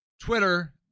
Twitter